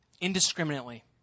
indiscriminately